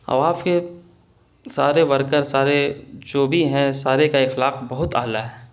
اب آپ کے سارے ورکر سارے جو بھی ہیں سارے کا اخلاق بہت اعلیٰ ہے